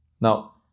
Now